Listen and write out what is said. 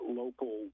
local